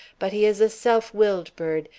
but he is a self-willed bird,